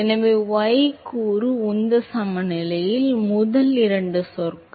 எனவே y கூறு உந்த சமநிலையில் முதல் இரண்டு சொற்கள்